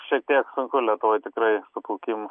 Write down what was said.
šiek tiek sunku lietuvoj tikrai su plaukimu